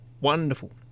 Wonderful